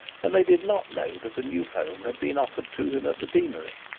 and they did not know that a new home had been offered to him at the deanery.